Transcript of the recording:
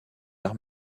arts